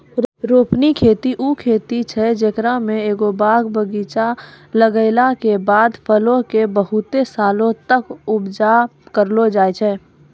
रोपनी खेती उ खेती छै जेकरा मे एगो बाग बगीचा लगैला के बाद फलो के बहुते सालो तक उपजा करलो जाय छै